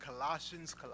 Colossians